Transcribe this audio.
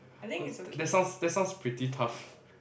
cause that sounds that sounds pretty tough